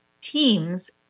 teams